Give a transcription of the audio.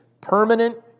permanent